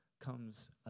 comes